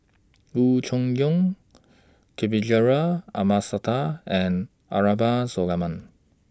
Loo Choon Yong Kavignareru Amallathasan and Abraham Solomon